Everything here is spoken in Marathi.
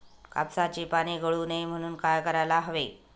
कापसाची पाने गळू नये म्हणून काय करायला हवे?